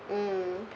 mm